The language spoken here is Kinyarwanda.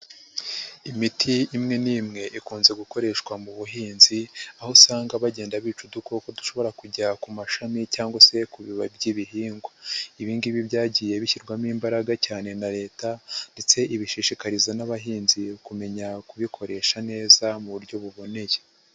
Imiti imwe n'imwe ikunze gukoreshwa mu buhinzi aho usanga bagenda bica udukoko dushobora kujya ku mashami cyangwa se ku bibabi by'ibihingwa, ibi ngibi byagiye bishyirwamo imbaraga cyane na Leta ndetse ibishishikariza n'abahinzi kumenya kubikoresha neza mu buryo buboneye.